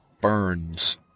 burns